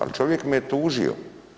Ali čovjek me je tužio.